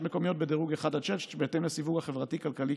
מקומיות בדירוג 1 6 בהתאם לסיווג החברתי-כלכלי,